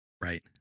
Right